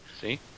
See